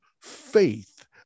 faith